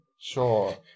Sure